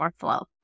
workflow